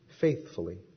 Faithfully